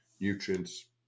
nutrients